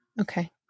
Okay